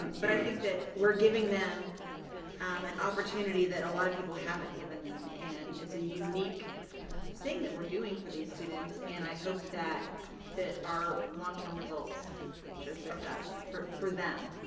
but i think that we're giving them um an opportunity that a lot of people haven't given them and it's a unique thing we're doing for these students, and i hope that that our long-term results show success for for them.